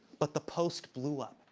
but the post blew up.